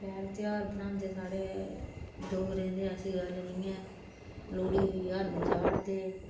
शैल ध्यार मनांदे साढ़े डोगरे ते ऐसी गल्ल नेईं ऐ लोह्ड़ी आहले दिन हिरन चाढ़दे